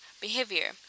behavior